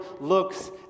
looks